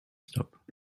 stop